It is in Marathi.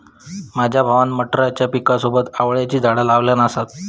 माझ्या भावान मटारच्या पिकासोबत आवळ्याची झाडा लावल्यान असत